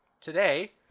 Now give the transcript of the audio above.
today